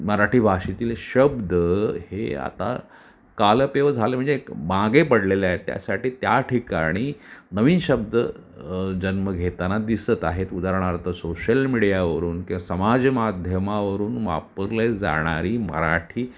मराठी भाषेतील शब्द हे आता कालपेव झाले म्हणजे एक मागे पडलेले आहेत त्यासाठी त्या ठिकाणी नवीन शब्द जन्म घेताना दिसत आहेत उदाहरणार्थ सोशल मीडियावरून किंवा समाज माध्यमावरून वापरले जाणारी मराठी